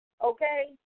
Okay